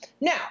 Now